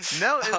No